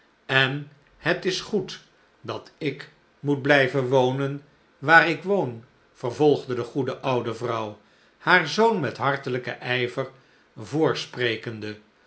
en het is goed dat ik moet blijven wonen waar ik woon vervolgde de goede oude vrouw haar zoon met hartelijken ijver